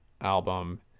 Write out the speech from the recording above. Album